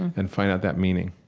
and find out that meaning